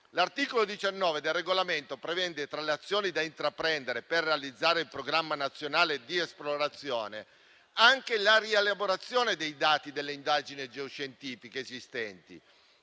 L'articolo 19 del citato regolamento prevede, tra le azioni da intraprendere per realizzare il programma nazionale di esplorazione, anche la rielaborazione dei dati delle indagini geoscientifiche esistenti.